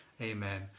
Amen